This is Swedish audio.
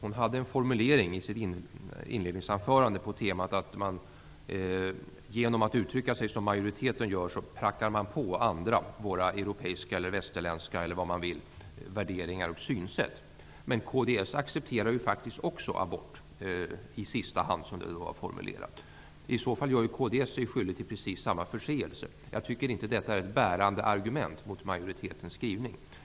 I sitt inledningsanförande använde hon en formulering om att man genom att uttrycka sig som majoriteten prackar på andra våra europeiska eller västerländska värderingar och synsätt. Men kds accepterar faktiskt också abort, i sista hand, som det formuleras. I så fall gör kds sig skyldigt till precis samma förseelse. Jag tycker inte att detta är ett bärande argument mot majoritetens skrivning.